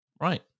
Right